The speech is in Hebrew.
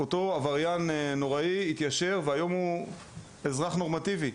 אותו עבריין נוראי התיישר והיום הוא אזרח נורמטיבי.